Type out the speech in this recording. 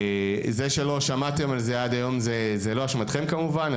זה שלא שמעתם על זה עד היום זה לא אשמתכם כמובן,